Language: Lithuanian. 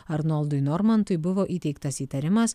arnoldui normantui buvo įteiktas įtarimas